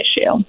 issue